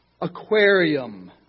aquarium